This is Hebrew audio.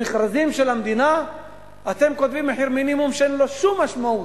במכרזים של המדינה אתם כותבים מחיר מינימום שאין לו שום משמעות,